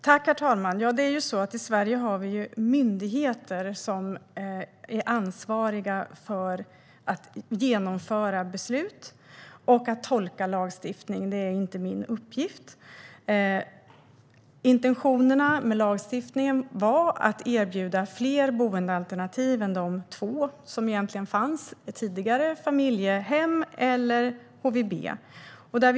Herr talman! I Sverige har vi myndigheter som är ansvariga för att genomföra beslut och för att tolka lagstiftning. Det är inte min uppgift. Intentionerna med lagstiftningen var att erbjuda fler boendealternativ än de två som fanns tidigare, det vill säga familjehem och HVB.